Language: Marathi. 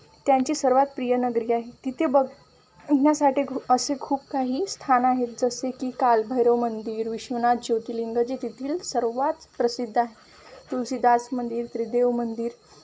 त्यांची सर्वात प्रिय नगरी आहे तिथे बघ ण्यासाठी असे खूप काही स्थान आहेत जसे की कालभैरव मंदिर विश्वनाथ ज्योतिलिंगजी तेथील सर्वच प्रसिद्ध आहे तुलसीदास मंदिर त्रिदेव मंदिर